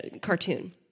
cartoon